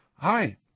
hi